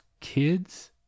kids